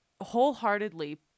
wholeheartedly